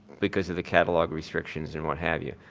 because of the catalog restrictions and what have you,